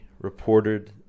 reported